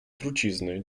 trucizny